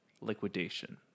liquidation